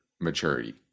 maturity